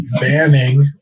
banning